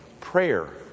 prayer